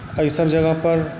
एहि सब जगह पर